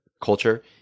culture